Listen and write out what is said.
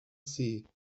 sea